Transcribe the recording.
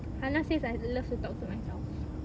hannah says I love to talk to myself